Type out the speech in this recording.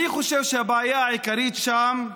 אני חושב שהבעיה העיקרית שם היא